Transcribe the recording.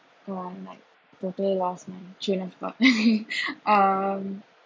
oh I'm like birthday last month june as well um